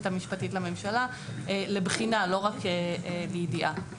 המשפטית לממשלה לבחינה ולא רק לידיעה.